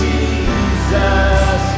Jesus